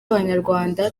abanyarwanda